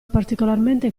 particolarmente